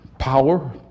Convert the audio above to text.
power